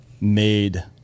made